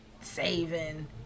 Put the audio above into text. saving